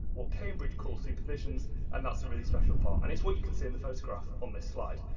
what cambridge call supervisions and that's the really special part and it's what you can see in the photograph on this slide.